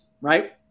right